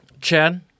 Chad